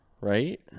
right